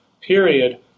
period